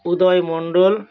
উদয় মণ্ডল